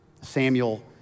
Samuel